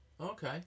Okay